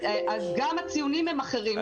אז גם הציונים הם אחרים.